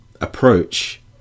approach